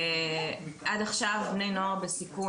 עד עכשיו בני נוער בסיכון,